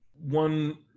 one